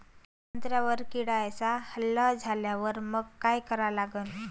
संत्र्यावर किड्यांचा हल्ला झाल्यावर मंग काय करा लागन?